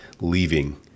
leaving